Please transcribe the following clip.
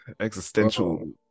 existential